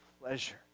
pleasure